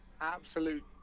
absolute